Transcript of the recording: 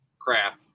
crap